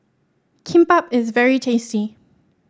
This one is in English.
kimbap is very tasty